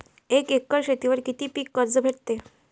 एक एकर शेतीवर किती पीक कर्ज भेटते?